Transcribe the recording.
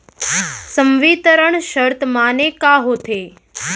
संवितरण शर्त माने का होथे?